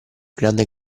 grande